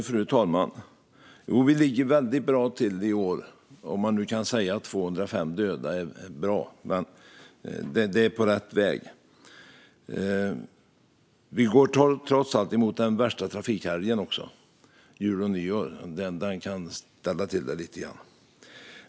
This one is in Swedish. Fru talman! Ja, vi ligger bra till i år, om man nu kan säga att 205 döda är bra. Det är på rätt väg. Men vi går trots allt mot den värsta trafikhelgen - jul och nyår - och den kan ställa till det lite grann.